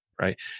right